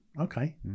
okay